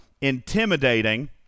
intimidating